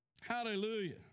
Hallelujah